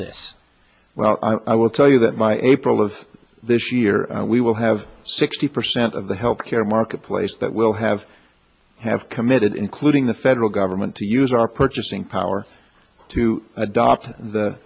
this well i will tell you that my april of this year we will have sixty percent of the health care marketplace that we'll have have committed including the federal government to use our purchasing power to adopt the